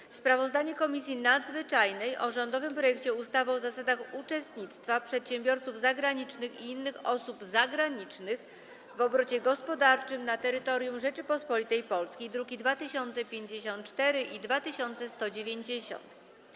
7. Sprawozdanie Komisji Nadzwyczajnej o rządowym projekcie ustawy o zasadach uczestnictwa przedsiębiorców zagranicznych i innych osób zagranicznych w obrocie gospodarczym na terytorium Rzeczypospolitej Polskiej (druki nr 2054 i 2190)